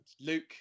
luke